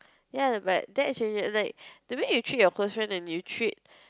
ya but that's changes like the way you treat your close friend and you treat